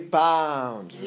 bound